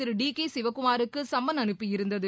திரு D K சிவக்குமாருக்கு சம்மன் அனுப்பியிருந்தது